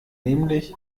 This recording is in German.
nämlich